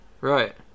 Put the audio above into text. right